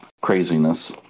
craziness